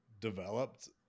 developed